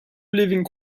living